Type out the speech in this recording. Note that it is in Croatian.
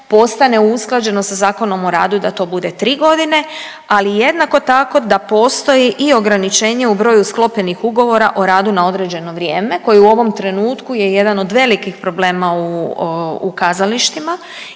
postane usklađeno sa Zakonom o radu i da to bude 3 godine, ali jednako tako da postoji i ograničenje o broju sklopljenih ugovora o radu na određeno vrijeme koji u ovom trenutku je jedan od velikih problema u kazalištima